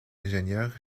ingénieur